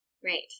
Great